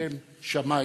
לשם שמים,